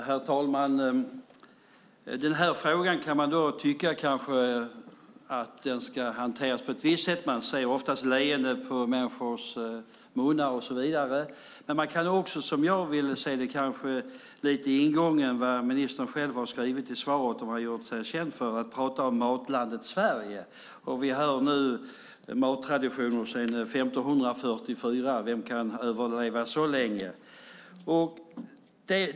Herr talman! Den här frågan kanske man kan tycka ska hanteras på ett visst sätt. Man ser ofta ett leende på människors läppar när det gäller detta, men man kan också se vad ministern själv har skrivit i svaret och gjort sig känd för, nämligen att prata om matlandet Sverige. Vi har här en mattradition sedan 1544. Vad kan överleva så länge?